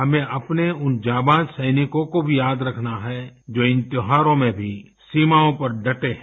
हमें अपने उन जाबांज सैनिकों को भी याद रखना है जो इन त्योहारों में भी सीमाओं पर डटे हैं